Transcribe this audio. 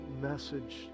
message